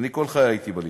אני כל חיי הייתי בליכוד.